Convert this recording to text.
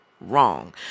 Wrong